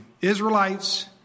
Israelites